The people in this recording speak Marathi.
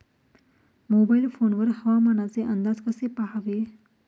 मोबाईल फोन वर हवामानाचे अंदाज कसे पहावे?